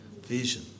Vision